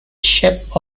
ship